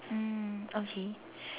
mm okay